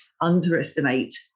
underestimate